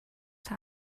that